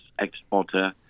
exporter